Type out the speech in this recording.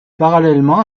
parallèlement